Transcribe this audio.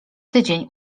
tydzień